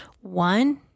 One